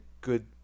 good